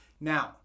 Now